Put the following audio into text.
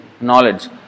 knowledge